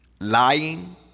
lying